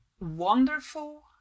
wonderful